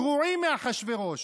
גרועים מאחשוורוש,